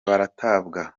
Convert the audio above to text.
baratabwa